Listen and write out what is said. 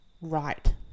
right